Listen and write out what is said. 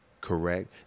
correct